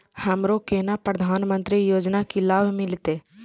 हमरो केना प्रधानमंत्री योजना की लाभ मिलते?